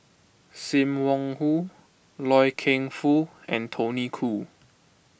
Sim Wong Hoo Loy Keng Foo and Tony Khoo